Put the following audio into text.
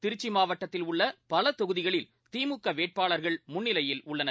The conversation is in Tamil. திருச்சி மாவட்டத்தில் உள்ள பல தொகுதிகளில் திமுக வேட்பாளர்கள் முன்னிலையில் உள்ளனர்